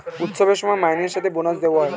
উৎসবের সময় মাইনের সাথে বোনাস দেওয়া হয়